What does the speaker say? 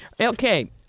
Okay